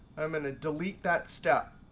i'm going to delete that step,